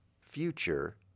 future